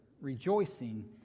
rejoicing